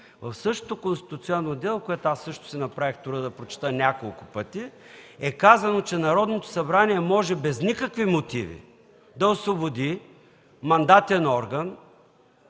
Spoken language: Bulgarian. в същото конституционно дело, което аз също си направих труда да прочета няколко пъти, е казано, че Народното събрание може без никакви мотиви да освободи мандатен орган